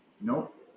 Nope